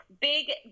big